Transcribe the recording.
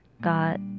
Got